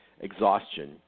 exhaustion